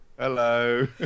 Hello